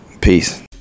Peace